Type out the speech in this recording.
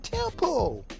Temple